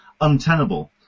untenable